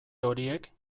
horiek